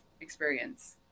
experience